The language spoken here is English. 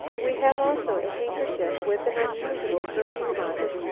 we have also a handkerchief with an unusual perfume on it.